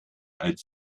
als